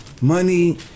money